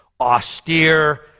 austere